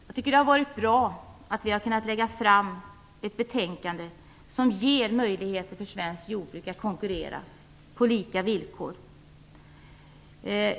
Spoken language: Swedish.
Jag tycker att det är bra att vi har kunnat lägga fram ett betänkande som ger möjligheter för svenskt jordbruk att konkurrera på lika villkor.